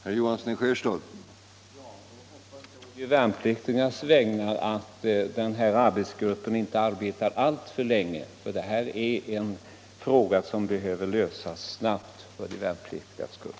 Herr talman! Jag hoppas å de värnpliktigas vägnar att denna arbetsgrupp inte arbetar alltför länge. Detta är en fråga som behöver lösas snabbt för de värnpliktigas skull.